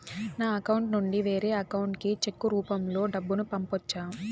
నా అకౌంట్ నుండి వేరే అకౌంట్ కి చెక్కు రూపం లో డబ్బును పంపొచ్చా?